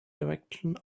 direction